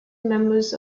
members